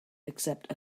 accept